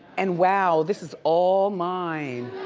and wow, this is all mine.